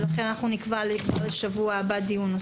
ולכן אנחנו נקבע דיון נוסף לשבוע הבא.